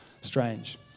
strange